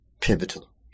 pivotal